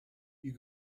you